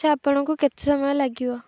ଆଚ୍ଛା ଆପଣଙ୍କୁ କେତେ ସମୟ ଲାଗିବ